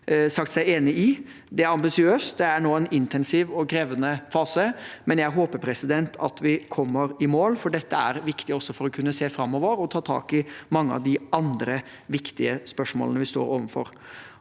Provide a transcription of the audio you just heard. Det er ambisiøst. Det er nå en intensiv og krevende fase, men jeg håper at vi kommer i mål, for dette er viktig også for å kunne se framover og ta tak i mange av de andre viktige spørsmålene vi står overfor.